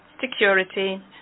security